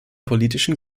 politischen